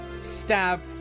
stab